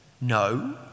No